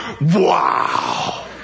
wow